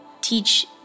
teach